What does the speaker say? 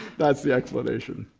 that's the explanation.